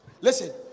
listen